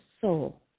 soul